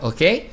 Okay